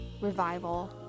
revival